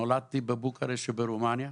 נולדתי בבוקרשט ברומניה,